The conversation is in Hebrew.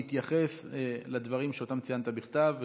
להתייחס לדברים שאותם ציינת בכתב,